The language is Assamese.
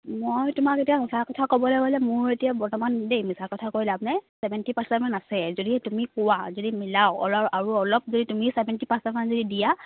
মই তোমাক এতিয়া মিছা কথা ক'বলে গ'লে মোৰ এতিয়া বৰ্তমান দে মিছা কথা কৈ লাভ নাই চেভেন্টি পাৰ্চেণ্টমান আছে যদি তুমি কোৱা যদি মিলাও অলপ আৰু অলপ যদি তুমি চেভেন্টি পাৰ্চেণ্টমান যদি দিয়া